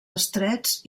estrets